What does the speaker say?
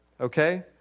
Okay